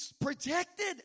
protected